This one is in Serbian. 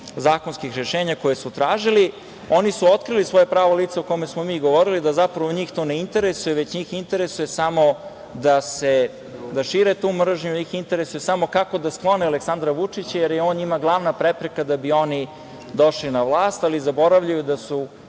zakonskih rešenja koje su oni tražili. Oni su otkrili svoje pravo lice o kome smo mi govorili, da zapravo njih to ne interesuje već njih interesuje samo da šire tu mržnju, njih interesuje samo kako da sklone Aleksandra Vučića, jer je on njima glavna prepreka da bi oni došli na vlast, ali zaboravljaju da su